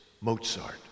Mozart